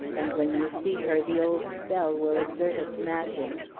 and when you see her the old spell will exert its magic.